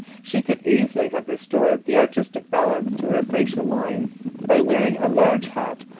she could easily have restored the artistic balance to her facial lines by wearing a large hat,